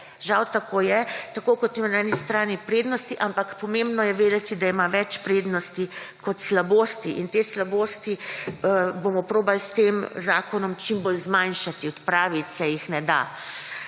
Žal tako je, tako kot ima na eni strani prednosti, ampak pomembno je vedeti, da ima več prednosti kot slabosti. Te slabosti bomo probali s tem zakonom čim bolj zmanjšati, odpraviti se jih ne da.